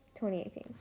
2018